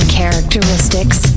characteristics